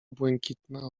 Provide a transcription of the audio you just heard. błękitne